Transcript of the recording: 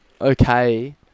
okay